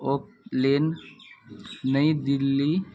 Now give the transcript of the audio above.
ओक Lane New Delhi